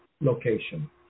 location